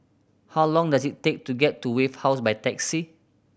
how long does it take to get to Wave House by taxi